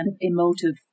emotive